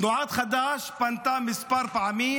תנועת חד"ש פנתה כמה פעמים,